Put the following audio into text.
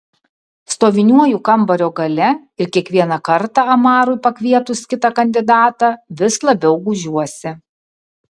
stoviniuoju kambario gale ir kiekvieną kartą amarui pakvietus kitą kandidatą vis labiau gūžiuosi